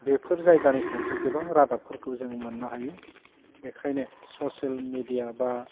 बेफोर जायगानिफ्रायबो गोबां रादाबफोरखौ जों मोन्नो हायो बेखायनो ससेल मेदिया बा